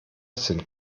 sind